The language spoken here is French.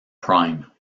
prime